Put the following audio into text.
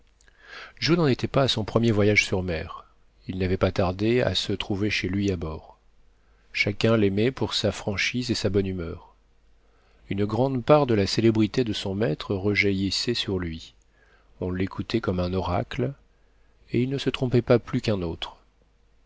joe n'en était pas à son premier voyage sur mer il n'avait pas tardé a se trouver chez lui à bord chacun l'aimait pour sa franchise et sa bonne humeur une grande part de la célébrité de son maître rejaillissait sur lui on l'écoutait comme un oracle et il ne se trompait pas plus qu'un autre